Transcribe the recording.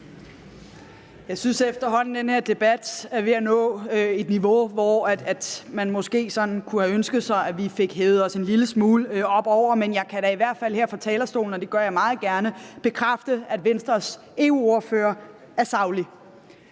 efterhånden, at den her debat er ved at nå et niveau, som man måske kunne have ønsket sig at vi fik hævet os en lille smule op over, men jeg kan da i hvert fald her fra talerstolen, og det gør jeg meget gerne, bekræfte, at Venstres EU-ordfører er saglig.